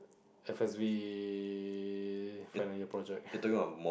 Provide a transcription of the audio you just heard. F_S_V final year project